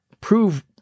prove